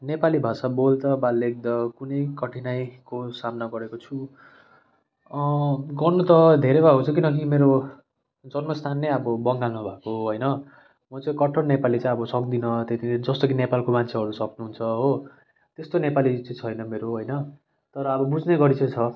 नेपाली भाषा बोल्दा वा लेख्दा कुनै कठिनाईको सामना गरेको छु गर्न त धेरै भएको छ किनभने मेरो जन्मस्थान नै अब बगानमा भएको होइन म चाहिँ कट्टर नेपाली चाहिँ अब सक्दिनँ जस्तो कि नेपालको मान्छेहरू सक्नुहुन्छ हो त्यस्तो नेपाली चाहिँ छैन मेरो होइन तर अब बुझ्ने गरी चाहिँ छ